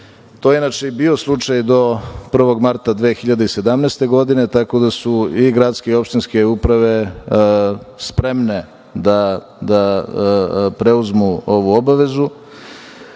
i bio slučaj do 1. marta 2017. godine, tako da su i gradske i opštinske uprave spremne da preuzmu ovu obavezu